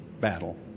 battle